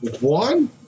One